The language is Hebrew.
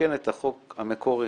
לתקן את החוק המקורי,